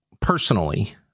Personally